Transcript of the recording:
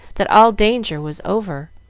that all danger was over.